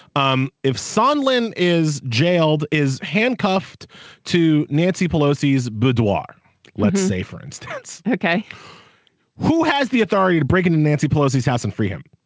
um if sunlen is jailed is handcuffed to nancy pelosi's boudoir let's say for instance. ok who has the authority to break into nancy pelosi's house and free him.